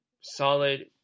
solid